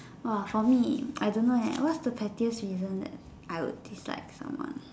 !wah! for me I don't know eh what's the pettiest reason I would dislike someone